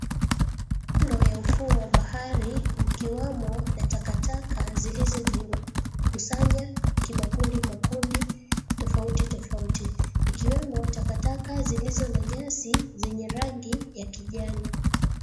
Kando ya ufuo wa bahari ikiwamo na takataka zilizojikusanya kimakundi makundi tofauti tofauti ikiwemo takataka zilizo na nyasi zenye rangi ya kijani.